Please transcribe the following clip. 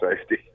safety